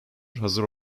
hazır